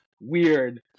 weird